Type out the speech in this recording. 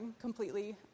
completely